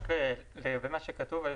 היושב-ראש,